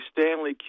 Stanley